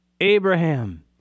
Abraham